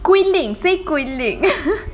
quilling say quilling